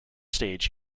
stage